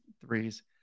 threes